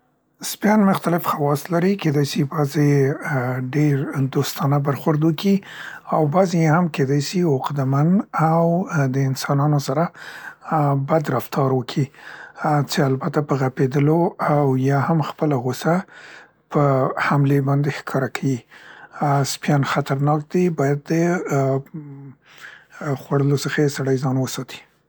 سپیان مختلف خواص لري، کیدای سي بعضې یې ډیر دوستانه برخورد وکي، او بعضي یې هم کیدای سي عقده مند او د انسانو سره اه بد رفتار وکي چې البته په غپیدلو او یا هم خپله غوصه په حملې باندې ښکاره کيي. ا ا سپیان خطرناک دي، باید دې ا ا خوړلو څخه یې سړی ځان وساتي.